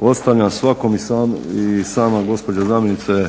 ostavljam svakom. I sama gospođa zamjenica